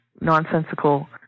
nonsensical